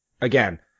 again